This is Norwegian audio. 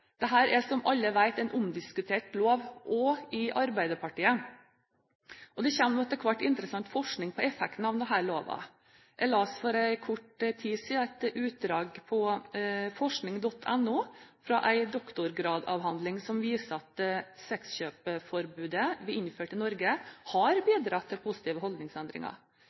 er, som alle vet, en omdiskutert lov også i Arbeiderpartiet. Det kommer etter hvert interessant forskning på effekten av denne loven. Jeg leste for kort tid siden på forskning.no et utdrag fra en doktorgradsavhandling som viser at sexkjøpsforbudet vi innførte i Norge, har bidratt til positive holdningsendringer.